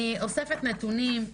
אני אוספת נתונים: